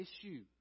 issue